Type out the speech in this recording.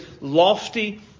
lofty